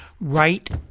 right